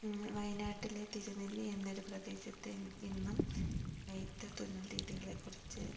വയനാട്ടിലെ തിരുനെല്ലി എന്നൊരു പ്രദേശത്ത് ഇന്നും നെയ്ത്ത് തുന്നൽ രീതികളെക്കുറിച്ച്